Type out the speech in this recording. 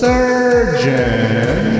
Surgeon